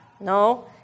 No